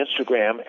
Instagram